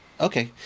okay